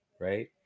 right